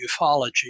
ufology